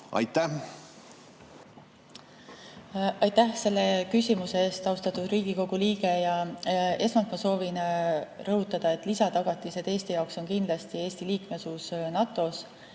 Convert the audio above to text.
andma. Aitäh selle küsimuse eest, austatud Riigikogu liige! Esmalt soovin rõhutada, et lisatagatised Eesti jaoks on kindlasti Eesti liikmesus NATO‑s,